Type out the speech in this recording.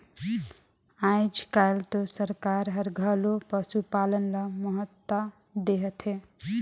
आयज कायल तो सरकार हर घलो पसुपालन ल महत्ता देहत हे